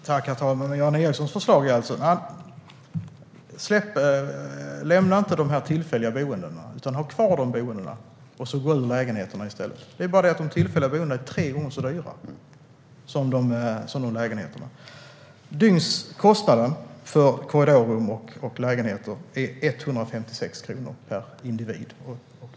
Herr talman! Jan Ericsons förslag är att ha kvar de tillfälliga boendena och gå ur lägenheterna. Men de tillfälliga boendena är nästan tre gånger så dyra som lägenheterna. Dygnskostnaden för korridorrum och lägenheter är 156 kronor per individ.